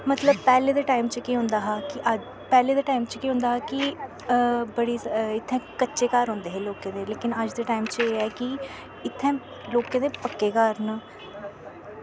मतलव पैह्ले दे टाईम च केह् होंदा हा कि पैह्ले दे टाईम च केह् होंदा हा की बड़े इत्थैं कच्चे घर होंदे हे लोकें दे लेकिन अज दे टाईम च एह् ऐ कि इत्थैं लोकें दे पक्के घर न